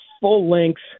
full-length